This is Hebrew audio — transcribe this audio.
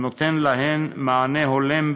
הנותן להן מענה הולם,